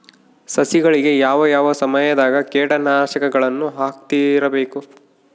ಸಸಿಗಳಿಗೆ ಯಾವ ಯಾವ ಸಮಯದಾಗ ಕೇಟನಾಶಕಗಳನ್ನು ಹಾಕ್ತಿರಬೇಕು?